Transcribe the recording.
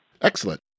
Excellent